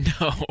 No